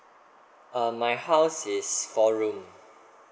uh my house is four room